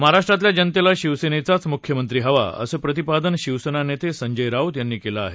महाराष्ट्रातल्या जनतेला शिवसेनेचाच मुख्यमंत्री हवा असं प्रतिपादन शिवसेना नेते संजय राऊत यांनी केलं आहे